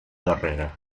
darrera